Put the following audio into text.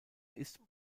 ist